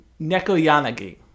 Nekoyanagi